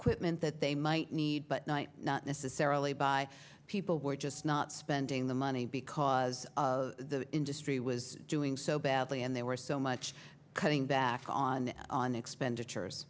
quipment that they might need but night not necessarily by people were just not spending the money because of the industry was doing so badly and they were so much cutting back on on expenditures